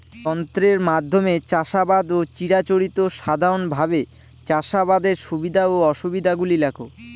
যন্ত্রের মাধ্যমে চাষাবাদ ও চিরাচরিত সাধারণভাবে চাষাবাদের সুবিধা ও অসুবিধা গুলি লেখ?